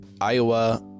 Iowa